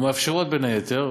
המאפשרים בין היתר